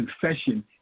confession